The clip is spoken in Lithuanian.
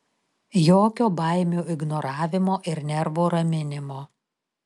jokio baimių ignoravimo ir nervų raminimo